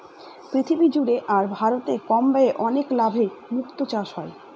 পৃথিবী জুড়ে আর ভারতে কম ব্যয়ে অনেক লাভে মুক্তো চাষ হয়